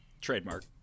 trademark